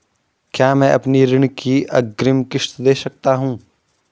क्या मैं अपनी ऋण की अग्रिम किश्त दें सकता हूँ?